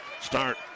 Start